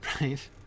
right